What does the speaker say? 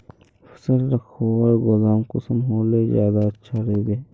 फसल रखवार गोदाम कुंसम होले ज्यादा अच्छा रहिबे?